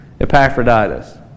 Epaphroditus